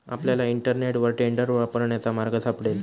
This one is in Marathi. आपल्याला इंटरनेटवर टेंडर वापरण्याचा मार्ग सापडेल